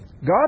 God